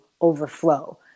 overflow